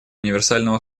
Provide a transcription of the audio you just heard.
универсального